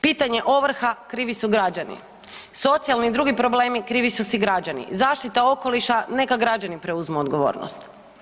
Pitanje ovrha, krivi su građani, socijalni i drugi problemi, krivi su si građani, zaštita okoliša, neka građani preuzmu odgovornost.